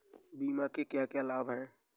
बीमा के क्या क्या लाभ हैं?